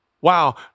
Wow